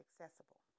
accessible